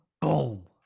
Boom